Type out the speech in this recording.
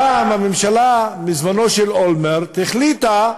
הפעם הממשלה מזמנו של אולמרט החליטה,